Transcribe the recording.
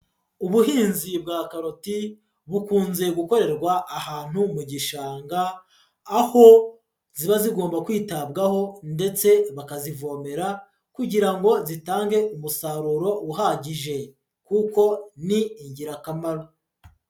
Ubuhinzi bwa karoti bukunze gukorerwa ahantu mu gishanga, aho ziba zigomba kwitabwaho ndetse bakazivomera kugira ngo zitange umusaruro uhagije, kuko ni ingirakamaro.